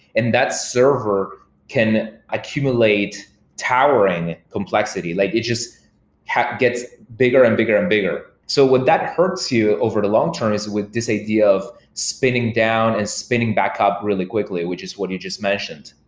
and that server can accumulate towering complexity. like it just gets bigger and bigger and bigger. so what that hurts you over the long-term is with this idea of spinning down and spinning backup really quickly, which is what you just mentioned.